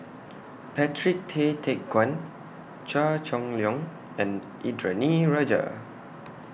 Patrick Tay Teck Guan Chua Chong Long and Indranee Rajah